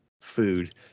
food